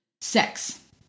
Sex